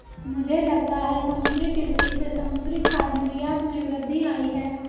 मुझे लगता है समुद्री कृषि से समुद्री खाद्य निर्यात में वृद्धि आयी है